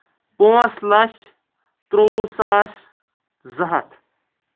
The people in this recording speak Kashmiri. پانٛژھ لچھ ترٛۆوُہ ساس زٕ ہَتھ